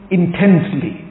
intensely